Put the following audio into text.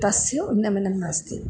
तस्य उन्नमनं नास्ति